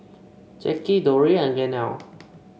Jacky Dori and Gaynell